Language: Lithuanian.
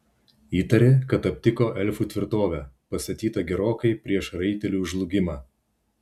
įtarė kad aptiko elfų tvirtovę pastatytą gerokai prieš raitelių žlugimą